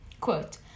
Quote